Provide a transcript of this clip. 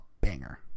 banger